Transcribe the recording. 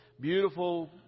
beautiful